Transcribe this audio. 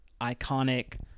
iconic